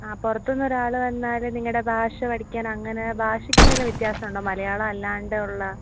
ആ പുറത്തുനിന്ന് ഒരാൾ വന്നാൽ നിങ്ങളുടെ ഭാഷ പഠിക്കാൻ അങ്ങനെ ഭാഷയ്ക്ക് എന്തെങ്കിലും വ്യത്യാസം ഉണ്ടോ മലയാളം അല്ലാണ്ടെ ഉള്ള